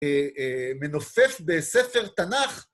מנופף בספר תנ״ך.